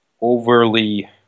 overly